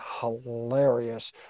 hilarious